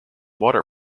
water